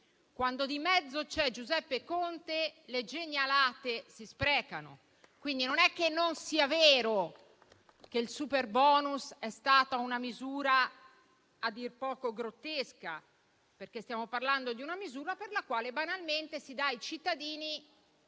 Quando di mezzo c'è Giuseppe Conte, le genialate si sprecano. Quindi, non è che non sia vero che il superbonus sia stata una misura a dir poco grottesca. Stiamo, infatti, parlando di una misura con la quale, banalmente, si danno ai cittadini